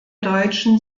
deutschen